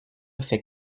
fait